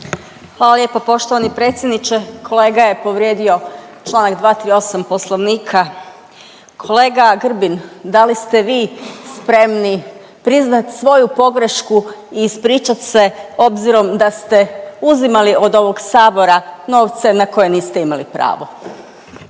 Hvala lijepo poštovani predsjedniče. Kolega je povrijedio čl. 238. poslovnika. Kolega Grbin, da li ste vi spremni priznat svoju pogrešku i ispričat se obzirom da ste uzimali od ovog sabora novce na koje niste imali pravo?